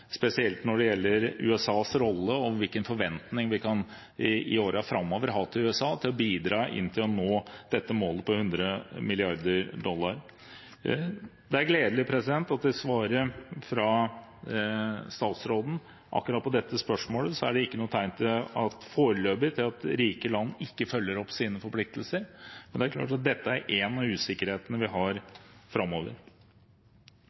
spesielt når det gjelder USAs rolle og hvilke forventninger vi i årene framover kan ha til at USA bidrar til å nå dette målet på 100 mrd. dollar. Det er gledelig at i svaret fra statsråden på akkurat dette spørsmålet er det ikke noe tegn foreløpig til at rike land ikke følger opp sine forpliktelser. Men det er klart at dette er en av usikkerhetene vi